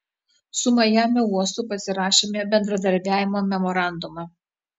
su majamio uostu pasirašėme bendradarbiavimo memorandumą